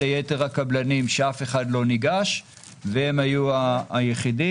ליתר הקבלנים שאף אחד לא ניגש והם היו היחידים,